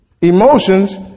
emotions